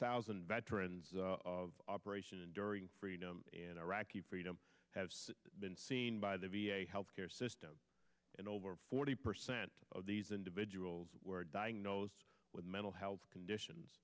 thousand veterans of operation enduring freedom and iraqi freedom have been seen by the v a health care system and over forty percent of these individuals were diagnosed with mental health conditions